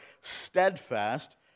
steadfast